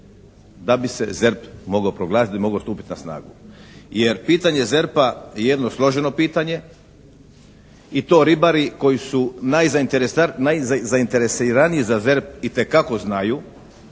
da bi se ZERP mogao proglasiti, da bi mogao stupiti na snagu. Jer pitanje ZERP-a je jedno složeno pitanje i to ribari koji su najzainteresiraniji za ZERP itekako znaju